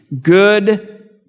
good